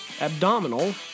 abdominal